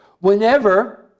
whenever